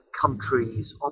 countries